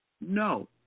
No